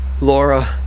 Laura